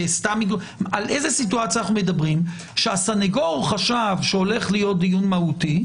על איזו סיטואציה אנו מדברים שהסנגור חשב שהולך להיות דיון מהותי,